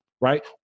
right